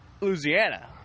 Louisiana